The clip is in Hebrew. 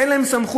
אין להם סמכות,